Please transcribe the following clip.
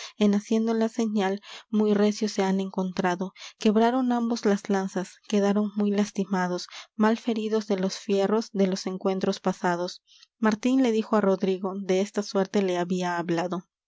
en haciendo la señal muy recio se han encontrado quebraron ambos las lanzas quedaron muy lastimados mal feridos de los fierros de los encuentros pasados martín le dijo á rodrigo de esta suerte le había hablado